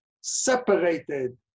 separated